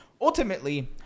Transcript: Ultimately